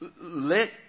let